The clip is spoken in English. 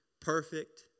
perfect